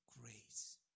grace